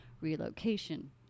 relocation